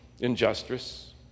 injustice